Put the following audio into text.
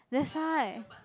that's why